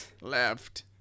left